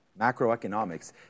macroeconomics